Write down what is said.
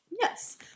Yes